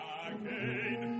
again